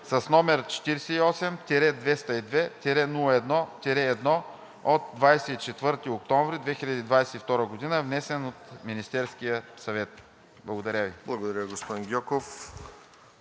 деца, № 48-202-01-1, от 24 октомври 2022 г., внесен от Министерския съвет.“ Благодаря.